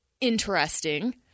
Interesting